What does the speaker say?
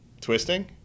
twisting